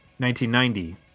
1990